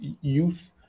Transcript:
youth